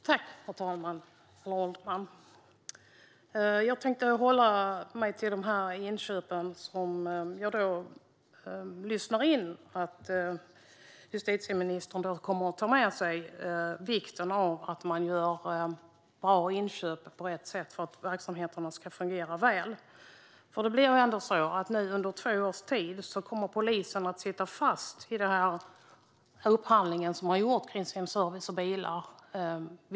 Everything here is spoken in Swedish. Herr ålderspresident! Jag tänkte hålla mig till dessa inköp. Justitieministern sa att han kommer att ta med sig det som sagts om vikten av att man gör bra inköp på rätt sätt för att verksamheterna ska fungera väl. Polisen kommer under två års tid att sitta fast i den upphandling som har gjorts av service på bilar.